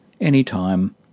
anytime